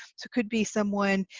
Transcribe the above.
so it could be someone,